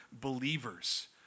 believers